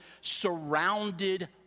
surrounded